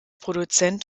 produzent